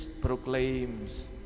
proclaims